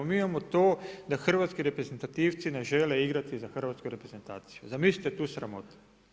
Mi imamo to da hrvatski reprezentativci ne žele igrati za hrvatsku reprezentaciju, zamislite tu sramotu.